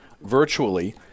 virtually